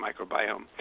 microbiome